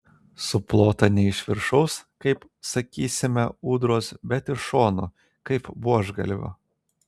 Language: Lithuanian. suplota ne iš viršaus kaip sakysime ūdros bet iš šonų kaip buožgalvio